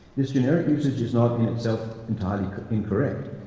this generic usage is not in itself entirely incorrect.